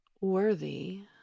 worthy